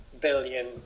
billion